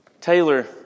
Taylor